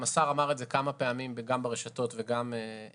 השר אמר זאת בקולו וגם בפועל.